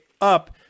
up